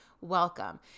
welcome